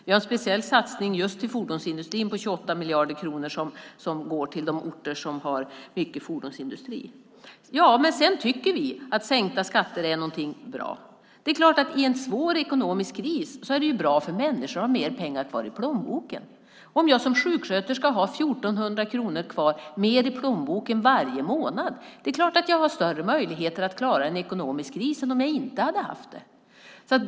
Vi gör en speciell insats just nu på fordonsindustrin på 28 miljarder kronor som går till de orter som har mycket fordonsindustri. Sedan tycker vi att sänkta skatter är någonting bra. Det är klart att i en svår ekonomisk kris är det bra om människor har mer pengar kvar i plånboken. Om jag som sjuksköterska har 1 400 kronor mer kvar i plånboken varje månad har jag större möjligheter att klara en ekonomisk kris än om jag inte hade haft det.